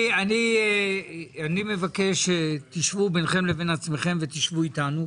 אני מבקש שתשבו ביניכם לבין עצמכם ותשבו איתנו,